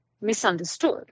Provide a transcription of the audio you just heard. misunderstood